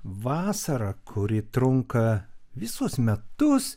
vasara kuri trunka visus metus